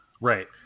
Right